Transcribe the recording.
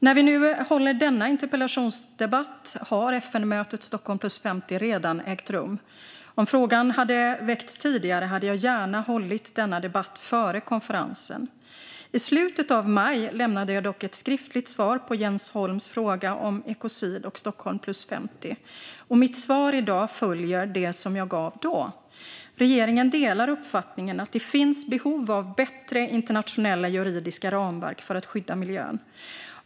När vi nu håller denna interpellationsdebatt har FN-mötet Stockholm + 50 redan ägt rum. Om frågan hade väckts tidigare hade jag gärna hållit denna debatt före konferensen. I slutet av maj lämnade jag dock ett skriftligt svar på Jens Holms fråga om ekocid och Stockholm + 50. Mitt svar i dag följer det som jag gav då. Regeringen delar uppfattningen att det finns behov av bättre internationella juridiska ramverk för att skydda miljön.